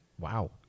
wow